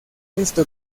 esto